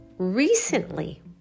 Recently